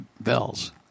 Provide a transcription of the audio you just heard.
bells